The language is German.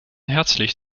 herzlich